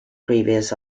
previous